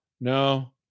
no